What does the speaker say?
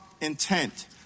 intent